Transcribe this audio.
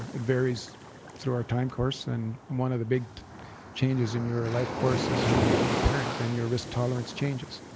it varies through our time course, and one of the big changes in your life course is when you become a parent and your risk tolerance changes.